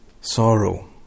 Sorrow